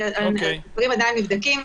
הדברים עדיין נבדקים.